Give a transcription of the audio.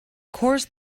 course